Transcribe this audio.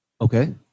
Okay